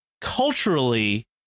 culturally